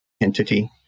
entity